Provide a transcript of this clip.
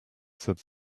said